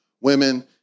Women